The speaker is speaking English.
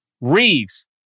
Reeves